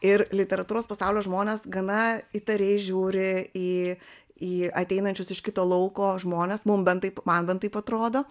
ir literatūros pasaulio žmonės gana įtariai žiūri į į ateinančius iš kito lauko žmones mum bent taip man bent taip atrodo